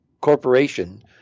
Corporation